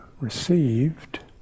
received